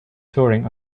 touring